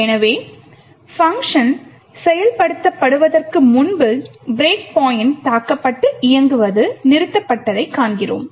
எனவே பங்க்ஷன் செயல்படுத்தப்படுவதற்கு முன்பு பிரேக் பாயிண்ட் தாக்கப்பட்டு இயங்குவது நிறுத்தப்பட்டதைக் காண்கிறோம்